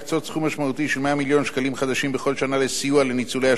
של 100 מיליון שקלים חדשים בכל שנה לסיוע לניצולי השואה הזקוקים לכך.